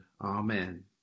Amen